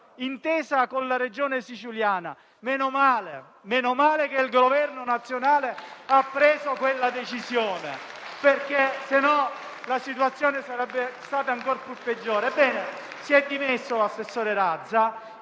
intesa con la Regione Siciliana». Meno male che il Governo nazionale ha preso quella decisione, altrimenti la situazione sarebbe stata peggiore. Ebbene, si è dimesso l'assessore Razza,